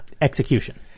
execution